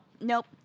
Nope